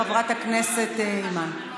חברת הכנסת אימאן,